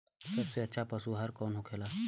सबसे अच्छा पशु आहार कौन होखेला?